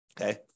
Okay